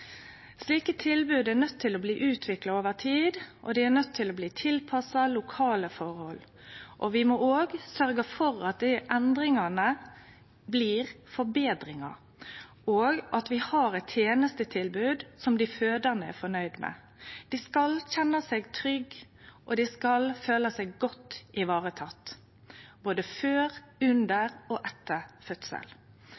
Slike tilbod er nøydde til å bli utvikla over tid, og dei er nøydde til å bli tilpassa lokale forhold. Vi må òg sørgje for at endringane blir forbetringar, og at vi har eit tenestetilbod som dei fødande er fornøgde med. Dei skal kjenne seg trygge, og dei skal føle seg godt varetekne, både før, under